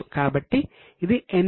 కాబట్టి ఇది NCL